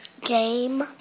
game